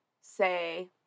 say